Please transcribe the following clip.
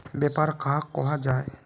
व्यापार कहाक को जाहा?